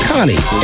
Connie